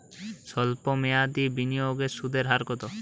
সল্প মেয়াদি বিনিয়োগের সুদের হার কত?